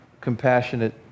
compassionate